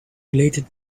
related